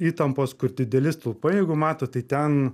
įtampos kur dideli stulpai jeigu matot tai ten